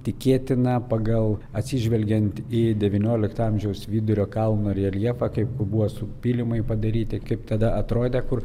tikėtina pagal atsižvelgiant į devyniolikto amžiaus vidurio kalno reljefą kaip buvo su pylimai padaryti kaip tada atrodė kur